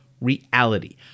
reality